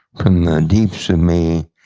from the deeps of me